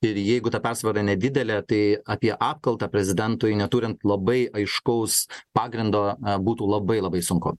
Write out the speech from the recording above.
ir jeigu ta persvara nedidelė tai apie apkaltą prezidentui neturint labai aiškaus pagrindo būtų labai labai sunku